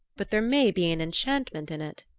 but there may be an enchantment in it,